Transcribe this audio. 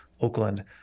Oakland